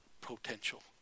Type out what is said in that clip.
potential